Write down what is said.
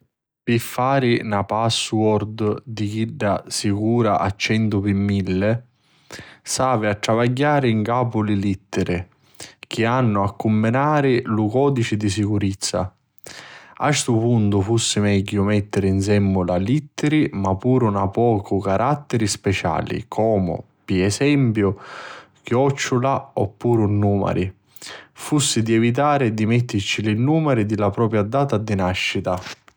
Pi fari na passwordu di chidda sicura a centu pi milli, s'avi a travagghiari ncapu li lèttiri chi hannu a cumminari lu codici di sicurizza. A stu puntu fussi megghiu mettiri nsemmula lettiri ma puru carattiri speciali comu, pi esempiu, chiocciula oppuru numari. Fussi di evitari di mìttici li nùmari di la propria data di nàscita.